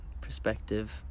perspective